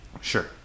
Sure